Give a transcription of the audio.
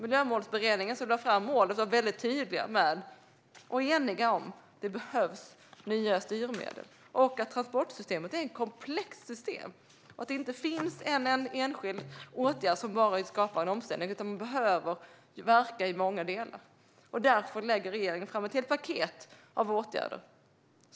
Miljömålsberedningen, som lade fram målet, var enig och väldigt tydlig med att det behövs nya styrmedel och att transportsystemet är ett komplext system. Det finns inte en enskild åtgärd som skapar en omställning, utan man behöver verka i många delar. Därför lägger regeringen fram ett helt paket av åtgärder.